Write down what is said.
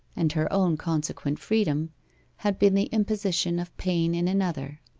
and her own consequent freedom had been the imposition of pain in another.